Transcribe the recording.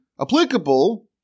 applicable